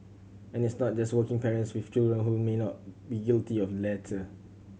and it's not just working parents with children who may not be guilty of latter